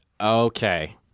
Okay